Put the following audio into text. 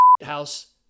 house